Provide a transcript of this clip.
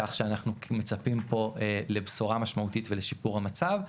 כך שאנחנו מצפים פה לבשורה משמעותית ולשיפור המצב.